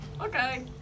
Okay